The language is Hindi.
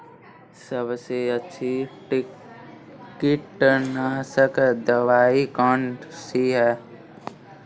सबसे अच्छी कीटनाशक दवाई कौन सी है?